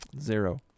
zero